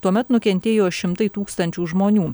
tuomet nukentėjo šimtai tūkstančių žmonių